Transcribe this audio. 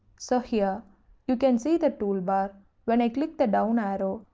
so here you can see the toolbar when i click the down arrow,